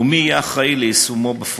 ומי יהיה אחראי ליישומו בפועל.